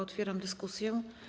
Otwieram dyskusję.